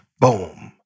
Boom